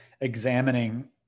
examining